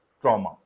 trauma